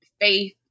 faith